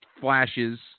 flashes